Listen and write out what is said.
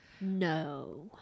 No